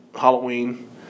Halloween